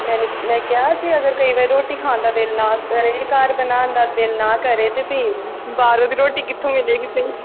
ਮੈਨੇ ਮੈਂ ਕਿਹਾ ਜੇ ਅਗਰ ਕਈ ਵਾਰ ਰੋਟੀ ਖਾਣ ਦਾ ਦਿਲ ਨਾ ਕਰੇ ਘਰ ਬਣਾਉਣ ਦਾ ਦਿਲ ਨਾ ਕਰੇ ਤਾਂ ਤੁਸੀਂ ਬਾਹਰੋਂ ਦੀ ਰੋਟੀ ਕਿੱਥੋਂ ਮਿਲੇਗੀ ਸਹੀ